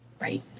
Right